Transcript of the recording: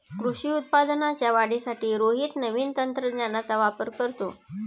कृषी उत्पादनाच्या वाढीसाठी रोहित नवीन तंत्रज्ञानाचा वापर करतो